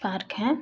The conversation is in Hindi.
पार्क हैं